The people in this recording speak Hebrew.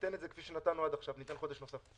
ניתן את זה כפי שנתנו עד עכשיו, ניתן חודש נוסף.